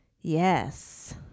Yes